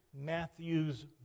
Matthew's